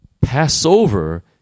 Passover